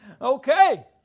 Okay